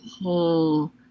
whole